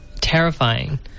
terrifying